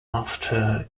after